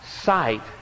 sight